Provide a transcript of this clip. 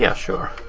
yeah sure.